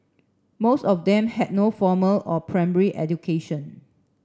most of them had no formal or primary education